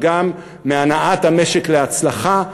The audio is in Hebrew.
אבל גם מהנעת המשק להצלחה,